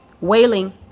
wailing